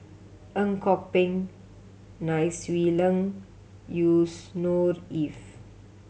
Ang Kok Peng Nai Swee Leng Yusnor Ef